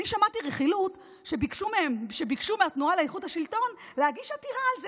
אני שמעתי רכילות שביקשו מהתנועה לאיכות השלטון להגיש עתירה על זה.